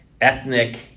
ethnic